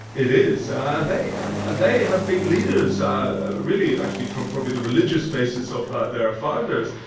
it is. and they and they have been leaders really actually from probably the religious basis of their ah founders,